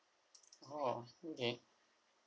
oh okay